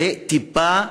זה טיפה בים.